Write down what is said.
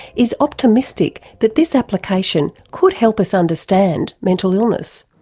is optimistic that this application could help us understand mental illness.